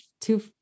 two